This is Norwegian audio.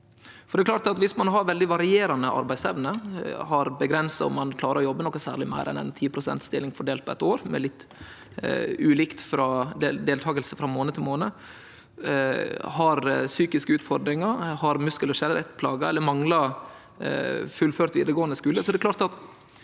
om ein har veldig varierande arbeidsevne, at det er grenser for om ein klarar å jobbe noko særleg meir enn ei 10 pststilling fordelt på eit år, med litt ulik deltaking frå månad til månad, har psykiske utfordringar, har muskel- og skjelettplager eller manglar fullført vidaregåande skule,